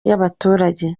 y’abaturage